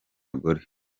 gore